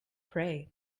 pray